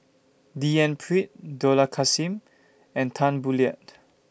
D N Pritt Dollah Kassim and Tan Boo Liat